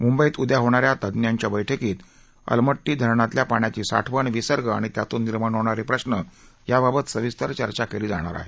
मुंबईत उद्या होणाऱ्या तज्ञांच्या बैठकीत अलमट्टी धरणातल्या पाण्याची साठवण विसर्ग आणि त्यातून निर्माण होणारे प्रश्न याबाबत सविस्तर चर्चा केली जाणार आहे